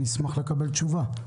אני אשמח לקבל תשובה.